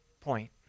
point